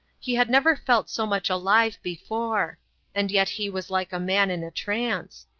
he had never felt so much alive before and yet he was like a man in a trance.